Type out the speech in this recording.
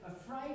afraid